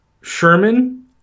Sherman